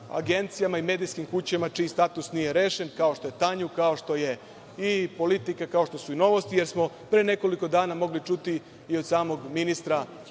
agencijama i medijskim kućama čiji status nije rešen, kao što je „Tanjug“, kao što je „Politika“, „Novosti“, jer smo pre nekoliko dana mogli čuti i od samog ministra